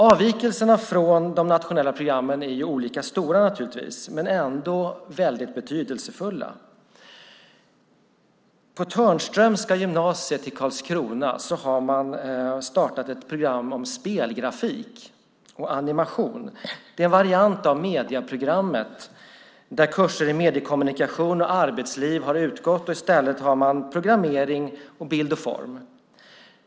Avvikelserna från de nationella programmen är naturligtvis olika stora men ändå väldigt betydelsefulla. På Törnströmska gymnasiet i Karlskrona har man startat ett program om spelgrafik och animation. Det är en variant av medieprogrammet där kurser i mediekommunikation och arbetsliv har utgått; i stället har man programmering och bild och form.